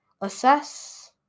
Assess